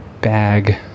bag